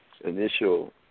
initial